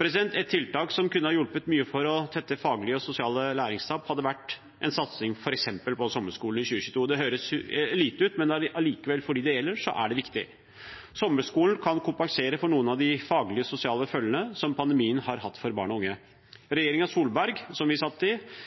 Et tiltak som kunne ha hjulpet mye for å tette faglige og sosiale læringstap, hadde vært en satsing på f.eks. sommerskole i 2022. Det høres lite ut, men for dem det gjelder, er det allikevel viktig. Sommerskolen kan kompensere for noen av de faglige og sosiale følgene som pandemien har hatt for barn og unge. Regjeringen Solberg, som vi satt i,